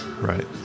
Right